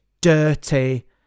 dirty